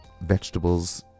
vegetables